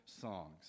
songs